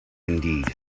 indeed